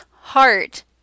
heart